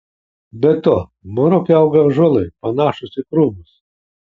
be to maroke auga ąžuolai panašūs į krūmus